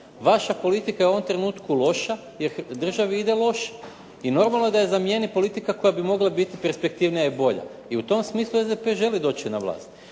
Vaša politika je u ovom trenutku loša jer državi ide loše i normalno da je zamijeni politika koja bi mogla biti perspektivnija i bolja i u tom smislu SDP želi doći na vlast.